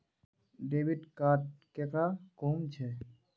Debit card केकरा कहुम छे?